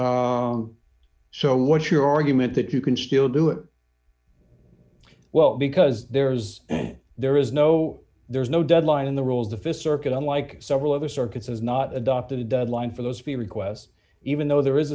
so what's your argument that you can still do it well because there's an there is no there is no deadline in the rules the fist circuit unlike several other circuits has not adopted a deadline for those few requests even though there is